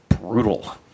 brutal